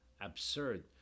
Absurd